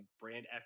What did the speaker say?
brand